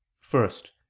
First